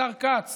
השר כץ